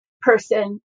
person